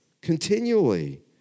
continually